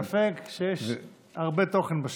ואצלך אין ספק שיש הרבה תוכן בשם,